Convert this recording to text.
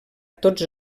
tots